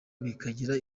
bikagira